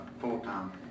full-time